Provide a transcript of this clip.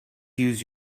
use